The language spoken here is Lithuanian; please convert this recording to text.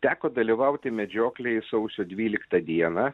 teko dalyvauti medžioklėj sausio dvyliktą dieną